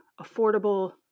affordable